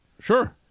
Sure